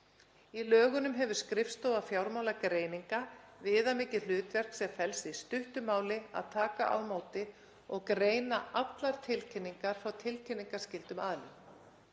Í lögunum hefur skrifstofa fjármálagreininga viðamikið hlutverk sem felst í stuttu máli að taka á móti og greina allar tilkynningar frá tilkynningarskyldum aðilum.